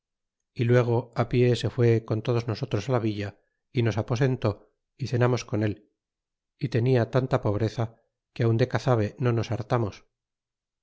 y luego pie se fué con todos nosotros la villa y nos aposenté y cenamos con él y tenia tanta pobreza que aun de cazabe no nos hartamos